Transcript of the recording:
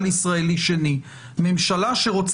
-- שזה